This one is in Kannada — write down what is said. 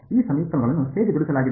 ಈ ಸಮೀಕರಣ ಗಳನ್ನು ಹೇಗೆ ಜೋಡಿಸಲಾಗಿದೆ